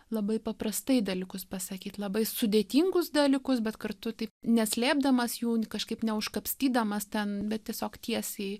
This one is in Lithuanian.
labai paprastai dalykus pasakyt labai sudėtingus dalykus bet kartu taip neslėpdamas jų kažkaip ne užkapstydamas ten bet tiesiog tiesiai